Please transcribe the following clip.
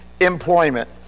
employment